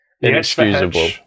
Inexcusable